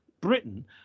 Britain